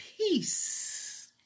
peace